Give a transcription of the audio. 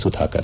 Sudhakar